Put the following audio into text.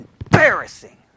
embarrassing